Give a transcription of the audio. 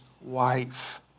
wife